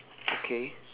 okay